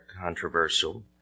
controversial